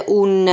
un